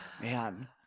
man